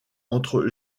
entre